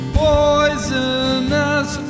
poisonous